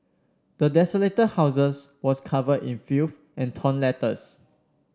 the desolated houses was covered in filth and torn letters